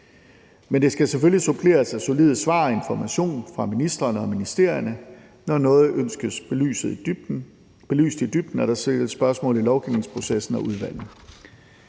Men det skal selvfølgelig suppleres af solide svar og information fra ministrene og ministerierne, når noget ønskes belyst i dybden og der stilles spørgsmål i lovgivningsprocessen og udvalget.